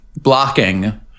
blocking